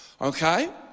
Okay